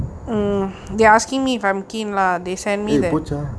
!yay!